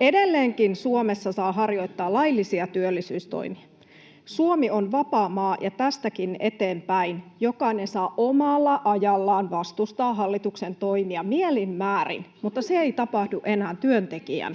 Edelleenkin Suomessa saa harjoittaa laillisia työllisyystoimia. Suomi on vapaa maa, ja tästäkin eteenpäin jokainen saa omalla ajallaan vastustaa hallituksen toimia mielin määrin, mutta se ei tapahdu enää työnteon